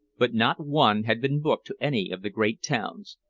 but not one had been booked to any of the great towns.